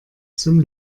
zum